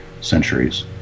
centuries